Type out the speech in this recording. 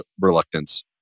reluctance